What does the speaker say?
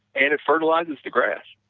and it fertilizes the grass